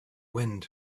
wind